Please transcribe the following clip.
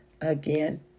again